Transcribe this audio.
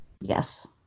Yes